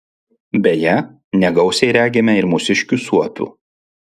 beje negausiai regime ir mūsiškių suopių